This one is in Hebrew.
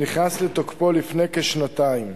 שנכנס לתוקפו לפני כשנתיים,